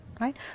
Right